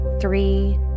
three